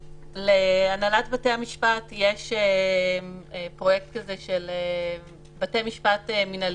להנהלת בתי המשפט יש פרויקט של בתי משפט מינהליים,